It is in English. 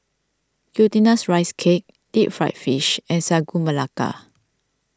Glutinous Rice Cake Deep Fried Fish and Sagu Melaka